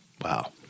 wow